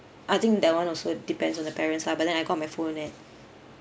I think that one also depends on the parents lah but then I got my phone at